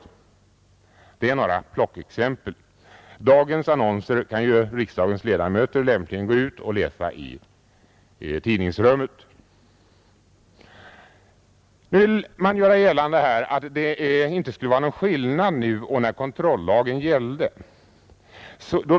Detta var några plockexempel. Dagens annonser kan ju riksdagens ledamöter lämpligen läsa i tidningsrummet. Nu vill man här göra gällande att det inte skulle ha blivit någon skillnad jämfört med den tid när kontrollagen gällde.